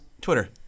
twitter